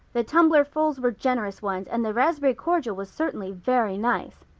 the tumblerfuls were generous ones and the raspberry cordial was certainly very nice.